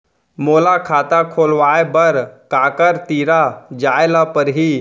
मोला खाता खोलवाय बर काखर तिरा जाय ल परही?